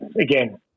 again